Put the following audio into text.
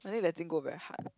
letting go very hard